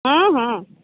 হুম হুম